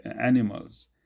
animals